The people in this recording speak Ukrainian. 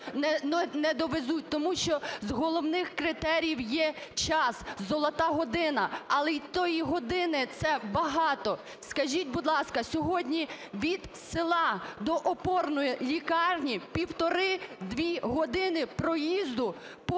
не довезуть, тому що з головних критеріїв є час – "золота година", але і тієї години це багато. Скажіть, будь ласка, сьогодні від села до опорної лікарні 1,5-2 години проїзду по